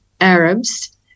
Arabs